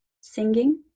singing